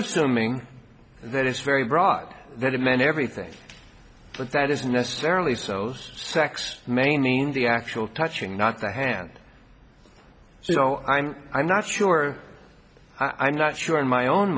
assuming that it's very broad that it meant everything but that isn't necessarily so's sex may need the actual touching not the hand so you know i'm i'm not sure i'm not sure in my own